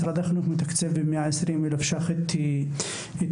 משרד החינוך מתקצב ב-120 אלף שקלים את ה- --,